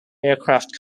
aircraft